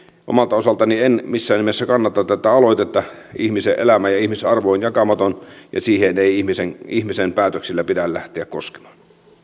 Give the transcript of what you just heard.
omalta osaltani en missään nimessä kannata tätä aloitetta ihmisen elämä ja ihmisarvo on jakamaton ja siihen ei ihmisen ihmisen päätöksillä pidä lähteä koskemaan